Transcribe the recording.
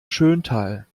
schöntal